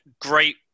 great